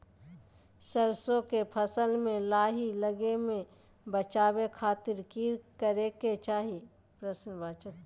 सरसों के फसल में लाही लगे से बचावे खातिर की करे के चाही?